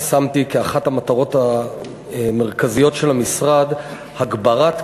שמתי כאחת המטרות המרכזיות של המשרד את הגברת,